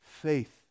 Faith